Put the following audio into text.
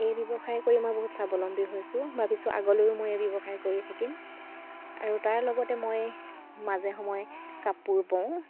এই ব্যৱসায় কৰি মই বহুত স্বাৱলম্বী হৈছোঁ ভাবিছোঁ আগলৈও মই এই ব্যৱসায় কৰি থাকিম আৰু তাৰ লগতে মই মাজে সময়ে কাপোৰ বওঁ